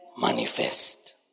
manifest